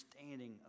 understanding